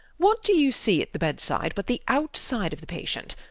what do you see at the bedside but the outside of the patient?